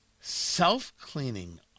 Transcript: self-cleaning